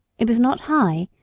it was not high,